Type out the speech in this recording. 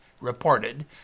reported